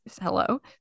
Hello